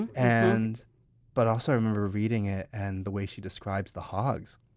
and and but also, i remember reading it and the way she describes the hogs